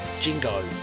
jingo